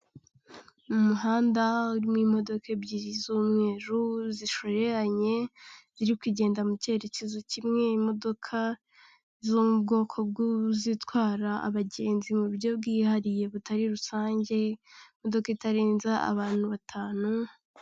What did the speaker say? Mu muhanda urimo imodoka ebyiri z'umweru zishoranye ziri kugenda mu kerekezo kimwe imodoka zo mubwoko bw'izitwara abagenzi mu buryo bwihariye butari rusange, imodoka itarenza abantu batanu.